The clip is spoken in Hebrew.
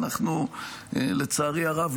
לצערי הרב,